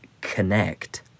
connect